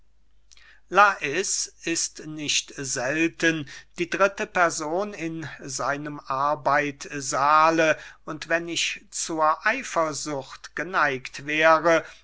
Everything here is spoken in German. lais ist nicht selten die dritte person in seinem arbeitssahle und wenn ich zur eifersucht geneigt wäre